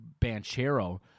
Banchero